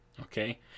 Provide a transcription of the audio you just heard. Okay